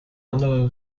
anderer